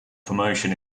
promotion